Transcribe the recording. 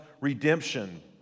redemption